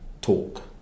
talk